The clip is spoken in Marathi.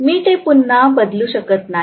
मी ते पुन्हा बदलू शकत नाही